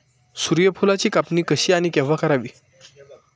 सूर्यफुलाची कापणी कशी आणि केव्हा करावी?